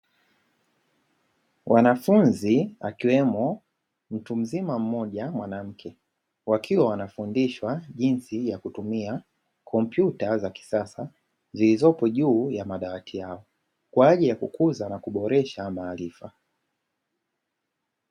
Wanafunnzi akiwemo mtu mzima mmoja mwanamke. Wakiwa wanafundishwa jinsi ya kutumia kompyuta za kisasa. Zilizopo juu ya madawati yao. Kwa ajili ya kukuza na kuboresha maarifa.